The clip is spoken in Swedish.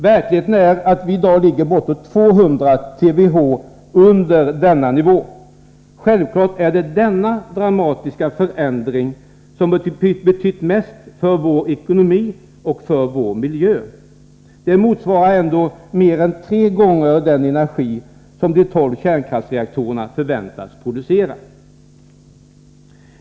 Verkligheten är att vi i dag ligger bortåt 200 TWh under denna nivå. Självfallet är det denna drastiska förändring som har betytt mest för vår ekonomi och för vår miljö. Det motsvarar ändå mer än tre gånger den energi som de tolv kärnkraftsreaktorerna förväntas producera.